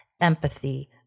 empathy